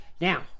Now